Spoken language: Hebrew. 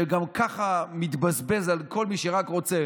שגם כך מתבזבז על כל מי שרק רוצה